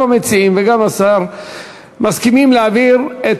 גם המציעים וגם השר מסכימים להעביר את